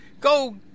Go